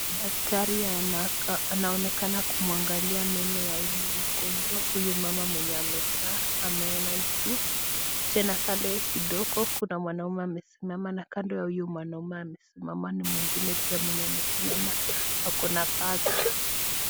Daktari anaonekana kumwangalia meno ya huyu mgonjwa, huyu mama mwenye amekaa, ameona juu. Tena kando kidogo kuna mwanaume amesimama na tena kando ya huyo mwanaume ni mwingine pia amesimama ako na bag .